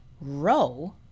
row